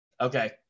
Okay